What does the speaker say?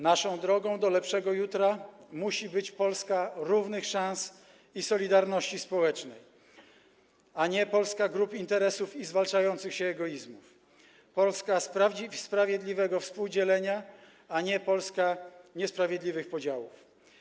Naszą drogą do lepszego jutra musi być Polska równych szans i solidarności społecznej, a nie Polska grup interesów i zwalczających się egoizmów; Polska sprawiedliwego współdzielenia, a nie Polska niesprawiedliwych podziałów.